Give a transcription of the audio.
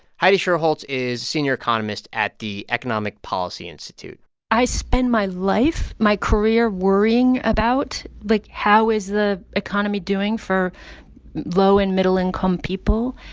heidi shierholz is senior economist at the economic policy institute i spend my life, my career worrying about, like, how is the economy doing for low and middle-income people?